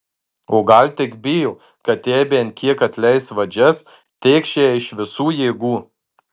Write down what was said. o gal tik bijo kad jei bent kiek atleis vadžias tėkš ją iš visų jėgų